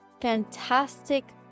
fantastic